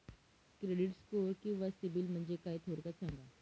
Credit score किंवा सिबिल म्हणजे काय? थोडक्यात सांगा